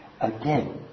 Again